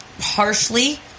harshly